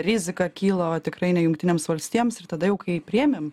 rizika kyla o tikrai ne jungtinėms valstijoms ir tada kai priėmėm